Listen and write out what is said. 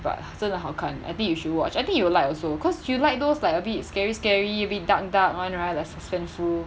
but 真的好看 I think you should watch I think you will like also cause you like those like a bit scary scary a bit dark dark [one] right like suspenseful